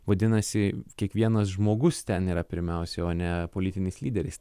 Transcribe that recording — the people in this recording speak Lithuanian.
vadinasi kiekvienas žmogus ten yra pirmiausiai o ne politinis lyderis